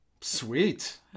Sweet